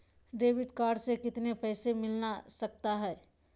Debit card से कितने पैसे मिलना सकता हैं?